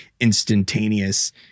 instantaneous